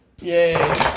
Yay